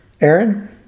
Aaron